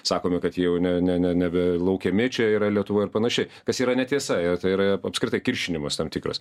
sakome kad jau ne ne ne nebe laukiami čia yra lietuvoj ir panašiai kas yra netiesa ir tai yra apskritai kiršinimas tam tikras